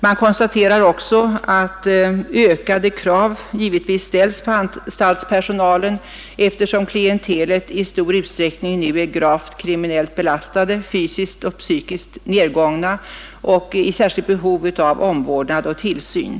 Man konstaterar också att ökade krav givetvis ställs på anstaltspersonalen eftersom de intagna numera i ökad utsträckning är gravt kriminellt belastade, fysiskt och psykiskt nedgångna och i särskilt behov av omvårdnad och tillsyn.